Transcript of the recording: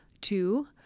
two